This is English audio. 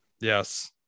Yes